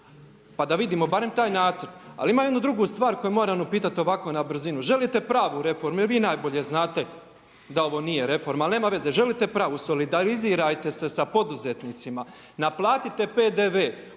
pa da vidimo barem taj nacrt. Ali ima jedna druga stvar koju moram upitat ovako na brzinu. Želite pravu reformu i vi najbolje znate da ovo nije reforma, ali nema veze, želite pravu, solidarizirajte se sa poduzetnicima, naplatite PDV,